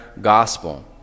gospel